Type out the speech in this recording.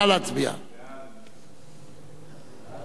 סעיף 1